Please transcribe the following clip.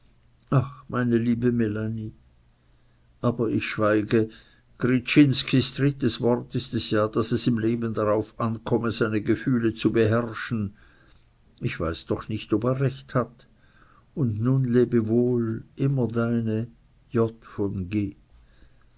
ach meine liebe melanie aber ich schweige gryczinskis drittes wort ist ja daß es im leben darauf ankomme seine gefühle zu beherrschen ich weiß doch nicht ob er recht hat und nun lebe wohl immer deine j v